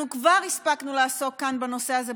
אנחנו כבר הספקנו לעסוק כאן בנושא הזה,